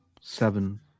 Seven